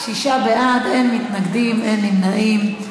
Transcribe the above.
שישה בעד, אין מתנגדים, אין נמנעים.